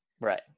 Right